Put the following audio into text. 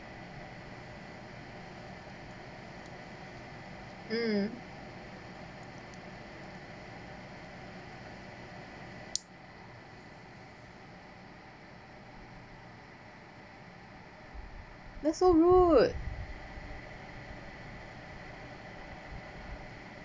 mm that's so rude